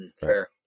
fair